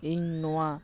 ᱤᱧ ᱱᱚᱣᱟ